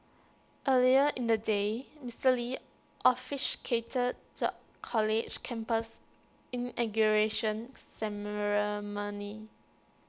earlier in the day Mister lee officiated the college's campus inauguration ceremony